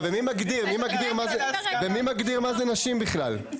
מי מגדיר מה זה נשים בכלל?